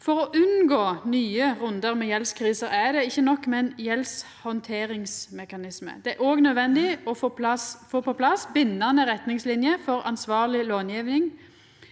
For å unngå nye rundar med gjeldskriser, er det ikkje nok med ein gjeldshandteringsmekanisme, det er òg nødvendig å få på plass bindande retningsliner for ansvarleg långjeving